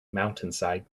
mountainside